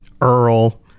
Earl